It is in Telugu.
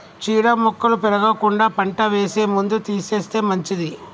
చీడ మొక్కలు పెరగకుండా పంట వేసే ముందు తీసేస్తే మంచిది